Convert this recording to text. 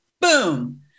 boom